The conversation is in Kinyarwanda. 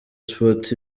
sports